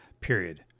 period